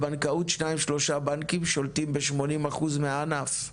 בבנקאות שניים-שלושה בנקים שולטים ב-80% מהענף.